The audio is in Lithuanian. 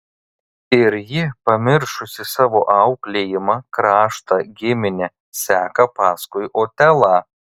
ir ji pamiršusi savo auklėjimą kraštą giminę seka paskui otelą